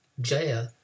Jaya